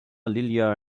lilia